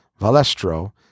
Valestro